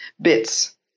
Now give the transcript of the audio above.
bits